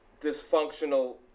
dysfunctional